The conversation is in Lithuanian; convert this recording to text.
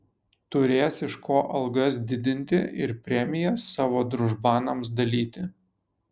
turės iš ko algas didinti ir premijas savo družbanams dalyti